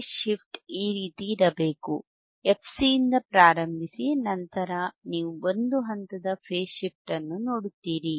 face shift ಈ ರೀತಿ ಇರಬೇಕು fC ಯಿಂದ ಪ್ರಾರಂಭಿಸಿ ನಂತರ ನೀವು ಒಂದು ಹಂತದ ಫೇಸ್ ಶಿಫ್ಟ್ ಅನ್ನು ನೋಡುತ್ತೀರಿ